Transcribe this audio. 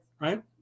Right